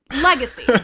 Legacy